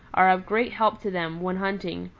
are of great help to them when hunting,